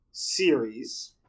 series